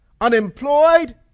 unemployed